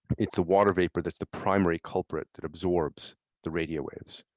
it's the water vapor that's the primary culprit that absorbs the radio waves.